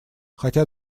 хотя